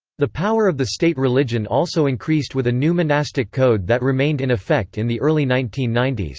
the power of the state religion also increased with a new monastic code that remained in effect in the early nineteen ninety s.